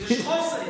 יש חוסן.